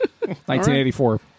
1984